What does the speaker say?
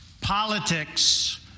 politics